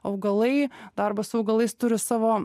augalai darbas su augalais turi savo